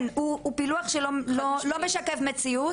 פילוח שלא משקף מציאות,